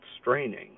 straining